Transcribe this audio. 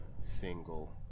single